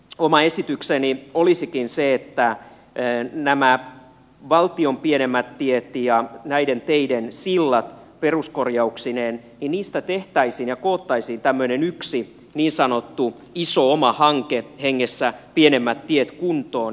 oma esitykseni olisikin se että näistä valtion pienemmistä teistä ja näiden teiden silloista peruskorjauksineen tehtäisiin ja koottaisiin yksi niin sanottu iso oma hanke hengessä pienemmät tiet kuntoon